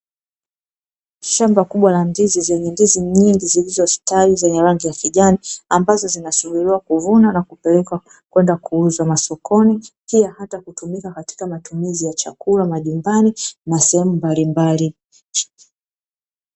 Shamba kubwa la ndizi zenye ndizi nyingi zilizostawi zenye rangi ya kijani ambazo zinasubiliwa kuvunwa na kupelekwa kwenda kuuza masokoni pia hata kutumika katika matumizi ya chakula majumbani na sehemu mbalimbali.